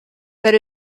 that